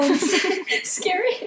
scary